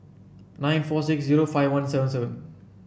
nine four six zero five one seven seven